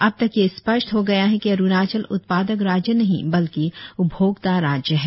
अब तक यह स्पष्ठ हो गया है कि अरुणाचल उत्पादक राज्य नहीं बल्कि उपभोक्ता राज्य है